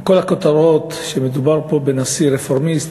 עם כל הכותרות, שמדובר פה בנשיא רפורמיסט,